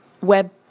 web